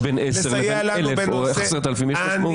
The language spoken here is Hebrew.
בין עשר לבין 1,000 או 10,000 יש משמעות.